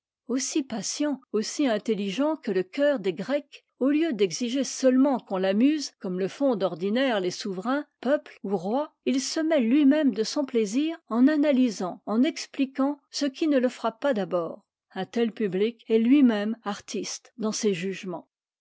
aussi patient aussi intelligent que le chceur des grecs au lieu d'exiger seulement qu'on l'amuse comme le font d'ordinaire les souverains peuples ou il se mêle ui même de son plaisir en analysfnt en expliquant ce qui ne le frappe pas d'abord un tel public est lui même artiste dans ses jugements